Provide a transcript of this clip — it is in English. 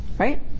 Right